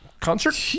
concert